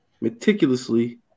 meticulously